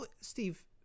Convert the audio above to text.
Steve